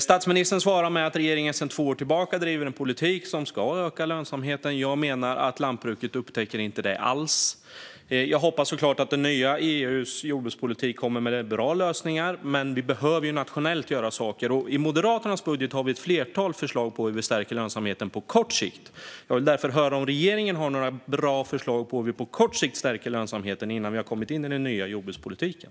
Statsministern svarade med att regeringen sedan två år tillbaka driver en politik som ska öka lönsamheten, och jag menar att lantbruket inte alls märker det. Jag hoppas såklart att EU:s nya jordbrukspolitik kommer med bra lösningar, men vi behöver ju göra saker nationellt. I Moderaternas budget har vi ett flertal förslag om hur vi stärker lönsamheten på kort sikt. Jag vill därför höra om regeringen har några bra förslag om hur vi på kort sikt stärker lönsamheten, innan vi har kommit in i den nya jordbrukspolitiken.